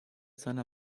seiner